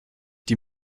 die